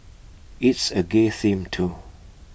it's A gay theme too